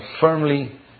firmly